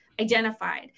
identified